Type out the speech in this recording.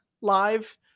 live